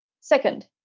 second